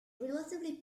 relatively